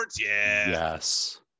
yes